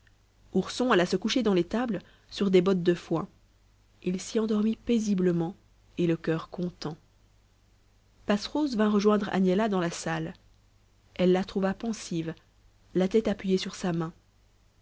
ourson alla se coucher dans l'étable sur des bottes de foin il s'y endormit paisiblement et le coeur content passerose vint rejoindre agnella dans la salle elle la trouva pensive la tête appuyée sur sa main